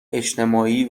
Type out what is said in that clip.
اجتماعی